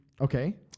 Okay